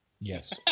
Yes